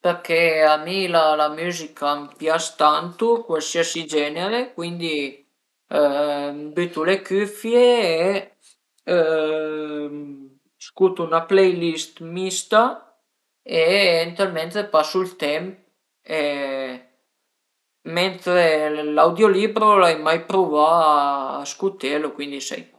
perché a mi la müzica a m'pias tantu, cualsiasi genere, cuindi m'bütu le cüfie e scutu 'na playlist mista e ënt ël mentre pasu ël temp e mentre l'audiolibro ai mai pruvà a scutelu cuindi sai pa